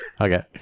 Okay